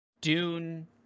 Dune